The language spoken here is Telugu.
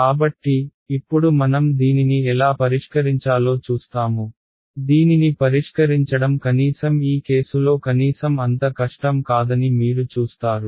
కాబట్టి ఇప్పుడు మనం దీనిని ఎలా పరిష్కరించాలో చూస్తాము దీనిని పరిష్కరించడం కనీసం ఈ కేసులో కనీసం అంత కష్టం కాదని మీరు చూస్తారు